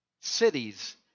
cities